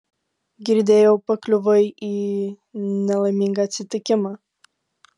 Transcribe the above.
girdėjau pakliuvai į nelaimingą atsitikimą